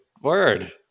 Word